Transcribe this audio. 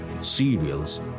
cereals